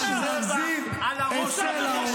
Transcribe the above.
על הראש שלכם.